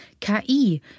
KI